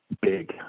big